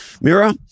Mira